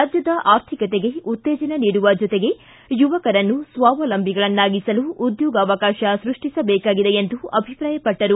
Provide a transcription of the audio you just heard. ರಾಜ್ಯದ ಆರ್ಥಿಕತೆಗೆ ಉತ್ತೇಜನ ನೀಡುವ ಜೊತೆಗೆ ಯುವಕರನ್ನು ಸ್ವಾವಲಂಬಿಗಳನ್ನಾಗಿಸಲು ಉದ್ಯೋಗಾವಕಾಶ ಸೃಷ್ಟಿಸಬೇಕಾಗಿದೆ ಎಂದು ಅಭಿಪ್ರಾಯಪಟ್ಟರು